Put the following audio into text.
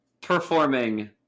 performing